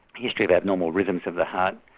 history of abnormal rhythms of the heart.